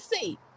see